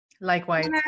Likewise